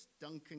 Duncan